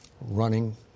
running